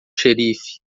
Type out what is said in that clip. xerife